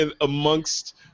amongst